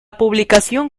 publicación